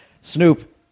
Snoop